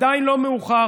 עדיין לא מאוחר.